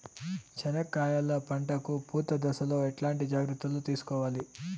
చెనక్కాయలు పంట కు పూత దశలో ఎట్లాంటి జాగ్రత్తలు తీసుకోవాలి?